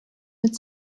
mit